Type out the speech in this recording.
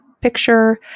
picture